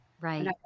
Right